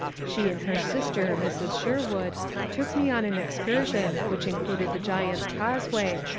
she and her sister mrs. sherwood took me on an excursion which included the giant's causeway,